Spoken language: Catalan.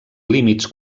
límits